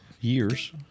years